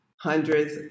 hundreds